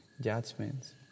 judgments